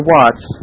Watts